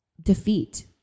defeat